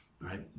right